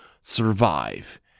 survive